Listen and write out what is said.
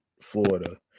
Florida